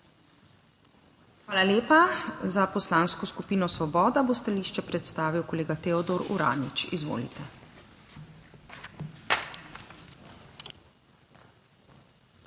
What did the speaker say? Hvala lepa. Za Poslansko skupino Svoboda bo stališče predstavil kolega Teodor Uranič. Izvolite.